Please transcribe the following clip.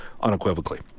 unequivocally